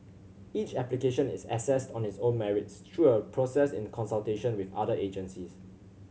each application is assessed on its own merits through a process in consultation with other agencies